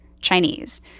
Chinese